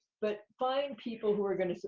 but find people who are gonna,